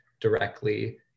directly